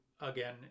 again